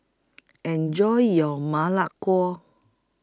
Enjoy your Ma Lai